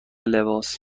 لباس